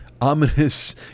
ominous